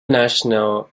national